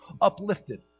uplifted